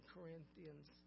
Corinthians